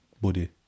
Body